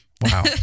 Wow